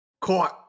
Caught